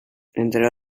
entre